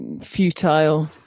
futile